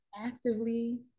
actively